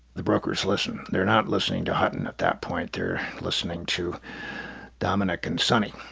the brokers listen. they're not listening to hutton at that point. they're listening to dominic and sonny